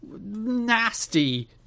nasty